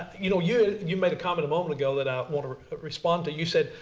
you know you you made a comment a moment ago that i want to respond to. you said,